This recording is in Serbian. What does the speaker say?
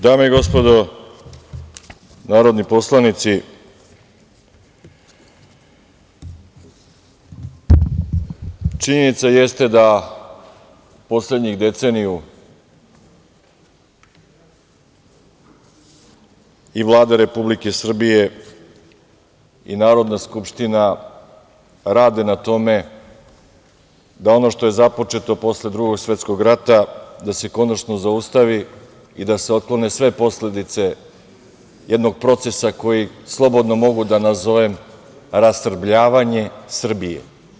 Dame i gospodo narodni poslanici, činjenica jeste da poslednjih deceniju i Vlada Republike Srbije i Narodna skupština rade na tome da ono što je započeto posle Drugog svetskog rata da se konačno zaustavi i da otklone sve posledice jednog procesa koji slobodno mogu da nazovem rastrebljavanje Srbije.